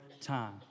time